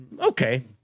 okay